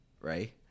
right